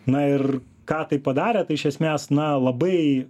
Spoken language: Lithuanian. na ir ką tai padarė tai iš esmės na labai